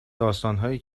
داستانهایی